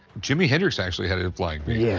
jimi hendrix actually had a flying v. yeah.